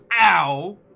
ow